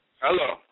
Hello